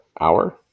hour